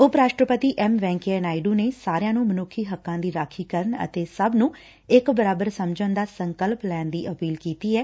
ਉਪ ਰਾਸਟਰਪਤੀ ਐਮ ਵੈਕਈਆਂ ਨਾਇਡੂ ਨੇ ਸਾਰਿਆਂ ਨੂੰ ਮਨੁੱਖੀ ਹੱਕਾਂ ਦੀ ਰਾਖੀ ਕਰਨ ਅਤੇ ਸਭ ਨੂੰ ਇਕ ਬਰਾਬਰ ਸਮਝਣ ਦਾ ਸੰਕਲਪ ਲੈਣ ਦੀ ਅਪੀਲ ਕੀਡੀ ਐ